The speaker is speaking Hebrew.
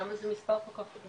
למה זה מספר כל כך קטן?